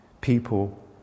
people